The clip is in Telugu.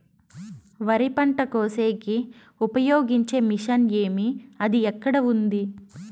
వరి పంట కోసేకి ఉపయోగించే మిషన్ ఏమి అది ఎక్కడ ఉంది?